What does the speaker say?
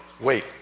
wait